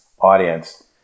audience